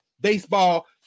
baseball